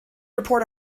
report